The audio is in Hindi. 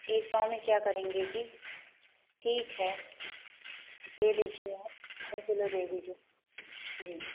एक पाव में क्या करेंगे जी ठीक है दे दीजिए आधा किलो दे दीजिए जी